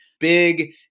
big